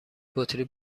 بطری